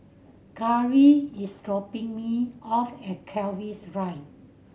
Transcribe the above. Karri is dropping me off at Keris Drive